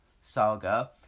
saga